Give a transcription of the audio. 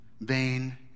vain